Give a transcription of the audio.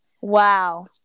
Wow